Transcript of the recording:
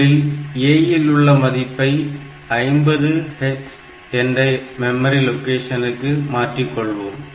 முதலில் A இல் உள்ள மதிப்பை 50hex என்ற மெமரி லொகேஷனுக்கு மாற்றிக்கொள்வோம்